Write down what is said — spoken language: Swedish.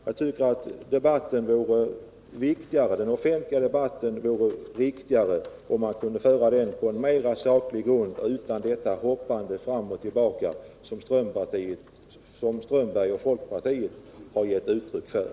Jag tycker att den offentliga debatten skulle tjäna på om man kunde föra den på mera saklig grund utan detta hoppande fram och tillbaka som herr Strömberg och folkpartiet har givit uttryck för.